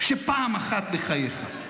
שפעם אחת בחייך,